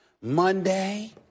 Monday